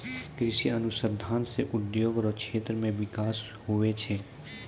कृषि अनुसंधान से उद्योग रो क्षेत्र मे बिकास हुवै छै